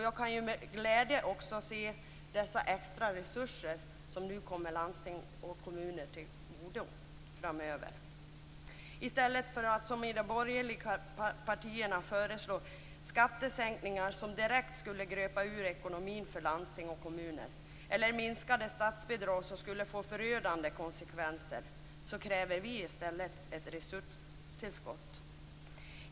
Jag kan med glädje också se dessa extra resurser som kommer landsting och kommuner till godo framöver. I stället för att som i de borgerliga partierna föreslå skattesänkningar, som direkt skulle gröpa ur ekonomin för landsting och kommuner, eller minskade statsbidrag, som skulle få förödande konsekvenser, kräver vi ett resurstillskott.